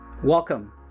Welcome